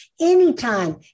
Anytime